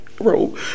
Bro